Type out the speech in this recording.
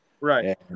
Right